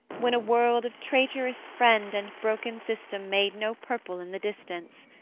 when a world of traitorous friend and broken system made no purple in the distance,